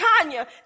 Tanya